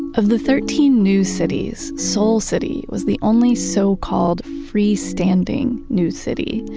of the thirteen new cities, soul city was the only so-called free-standing new city,